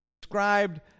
described